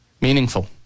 Meaningful